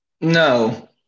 No